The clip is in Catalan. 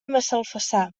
massalfassar